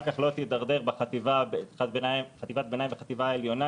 כך לא תידרדר בחטיבת הביניים והחטיבה העליונה,